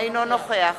אינו נוכח